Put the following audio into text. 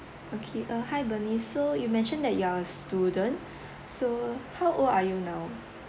okay uh hi bernice so you mentioned that you're student so how old are you now